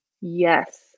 yes